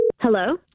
Hello